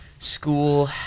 school